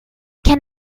can